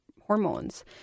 hormones